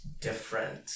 different